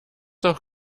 auch